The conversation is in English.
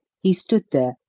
he stood there,